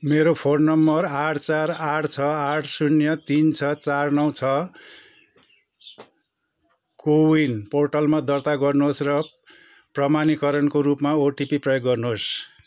मेरो phone number आठ चार आठ छ आठ शून्य तिन छ चार नौ छ कोविन पोर्टलमा दर्ता गर्नुहोस् र प्रमाणीकरणको रूपमा ओटिपी प्रयोग गर्नुहोस्